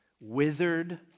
withered